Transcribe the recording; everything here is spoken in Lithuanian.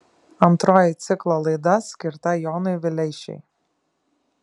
antroji ciklo laida skirta jonui vileišiui